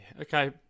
Okay